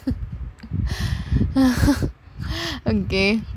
okay